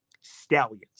Stallions